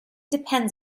depends